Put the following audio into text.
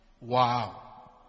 Wow